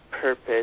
purpose